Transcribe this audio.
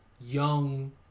young